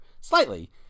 Slightly